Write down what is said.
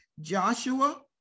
Joshua